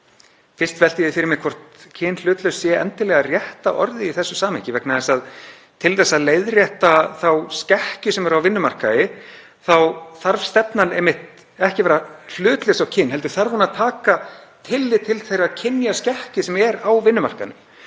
Fyrst velti ég fyrir mér hvort kynhlutlaus sé endilega rétta orðið í þessu samhengi vegna þess að til þess að leiðrétta þá skekkju sem er á vinnumarkaði þarf stefnan einmitt ekki að vera hlutlaus á kyn heldur þarf hún að taka tillit til þeirrar kynjaskekkju sem er á vinnumarkaðnum.